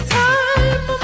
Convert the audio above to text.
time